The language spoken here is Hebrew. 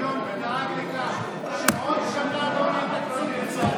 מהחניון ודאג לכך שעוד שנה לא יהיה תקציב?